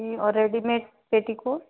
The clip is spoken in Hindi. जी और रेडीमेड पेटीकोट